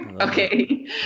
Okay